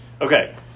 okay